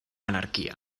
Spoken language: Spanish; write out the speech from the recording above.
anarquía